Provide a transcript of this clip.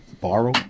borrow